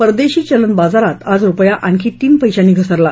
परदेशी चलन बाजारात आज रुपया आणखी तीन पैशांनी घसरला